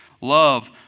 Love